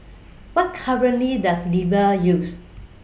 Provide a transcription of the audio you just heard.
What currency Does Libya use